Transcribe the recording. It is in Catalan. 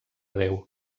déu